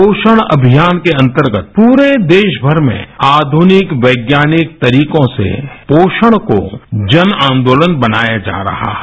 पोषण अभियान के अंतर्गत पूरे देराभर में आध्निक यैज्ञानिक तरीकों से पोषण को जन आन्दोलन बनाया जा रहा है